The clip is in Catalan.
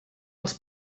els